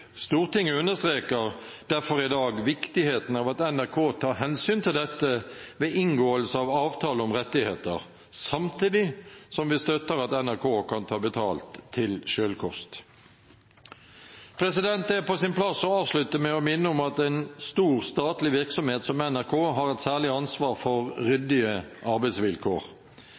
Stortinget understreker derfor i dag viktigheten av at NRK tar hensyn til dette ved inngåelse av avtale om rettigheter, samtidig som vi støtter at NRK kan ta betalt til selvkost. Det er på sin plass å avslutte med å minne om at en stor statlig virksomhet som NRK har et særlig ansvar for ryddige arbeidsvilkår.